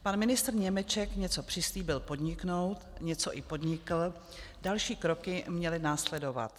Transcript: Pan ministr Němeček něco přislíbil podniknout, něco i podnikl, další kroky měly následovat.